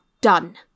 done